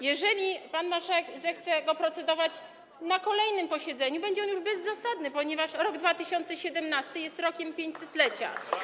Jeżeli pan marszałek zechce nad nim procedować na kolejnym posiedzeniu, to on będzie już bezzasadny, ponieważ to rok 2017 jest rokiem 500-lecia.